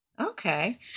Okay